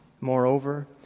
Moreover